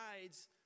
guides